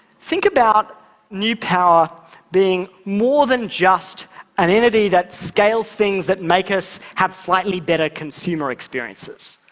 think about new power being more than just an entity that scales things that make us have slightly better consumer experiences.